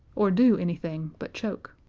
or do anything but choke.